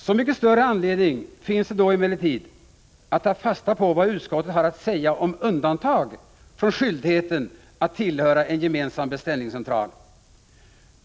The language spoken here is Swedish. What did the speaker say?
Så mycket större anledning finns det då emellertid att ta fasta på vad utskottet har att säga om undantag från denna skyldighet att tillhöra en gemensam beställningscentral.